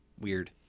weird